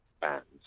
bands